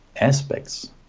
aspects